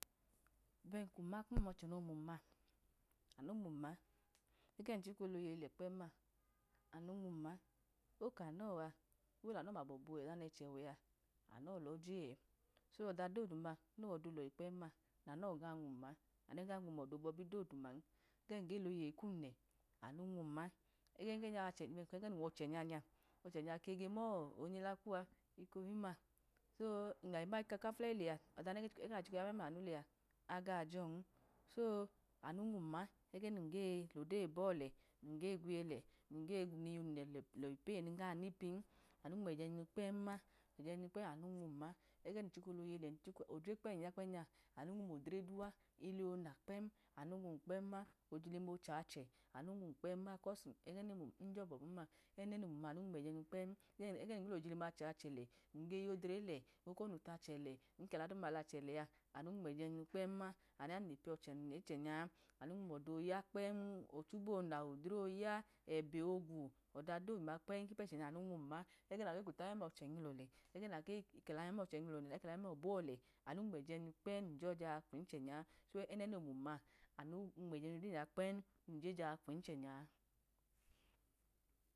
Bẹn ku mama kum ọchẹ nomum ma ame mum ma, egẹ num chika oloyeyi i kpẹm ma anu nwun ma, oka nọa elanọ ma gbọbue, ọda nẹchẹ wẹa, amọ lo je ẹ, so ọda doduma nowọda olọhi kpem-ma nanọ oga nwun ma anọ iga nwami adolọbin, ẹgẹ num loyeyikum lẹ anu nmam ma, ẹge nya nya nun wọchenya nya ma sọ ayi ekofulẹyi lẹa oda nega be ya memlanu lẹa aga jọn, so amu nmum ma ẹgẹ num ge lọdyi bọ lẹ, num ge gwije lẹ num gbiyin lẹ pee num ga nipin, anu nwun ẹjẹ jeyinu kpẹ, ma ẹjẹ jiyinu kpẹm anu nmum ma, ẹgẹ num chika oloyeyi le ode mun ya kpem nya anu nmum ma odre kpem nom ya kpem anu nmum odre dua, ili ona kpẹm anu nmum ili ona kpẹm-ma ojilima ocha-achẹ amun nmun kpẹm ma, kọs ẹnẹmum nun jọgbọm-ma, ẹnẹ no mum-ma anu nmum eje junu kpẹm, ẹgẹ num ge lojilima chachẹ le num ge yodre lẹ a, anu nwum ẹjẹ jinu kpẹm ma, anuya num le piyochẹ num wẹ ichẹ nya, anu nwun octoya kpẹm ochibu ona odre oya ẹbẹ ogwu, oda dp duma kpẹm kipu ẹchẹ nya anu nwum ma ẹgẹ nage guruta mlọchenylọ lẹ, ẹgẹ nage kẹla memlocheyilọ lẹ, ẹgẹ nage kẹla memlochenyilọ lẹ, ẹgẹ nage gwuta mlo̱bo̱ lẹm anu nwun ẹjẹ jinu kpẹm ẹmum jọja kweyi kichẹ nya, ẹnẹ no mum ma anu nwun ẹjẹ jodeyi nya kpẹm ja kweyi ichẹ nya.